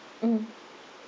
mmhmm